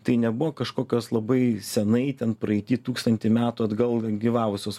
tai nebuvo kažkokios labai seniai ten praeity tūkstantį metų atgal gyvavusios